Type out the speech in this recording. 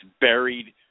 buried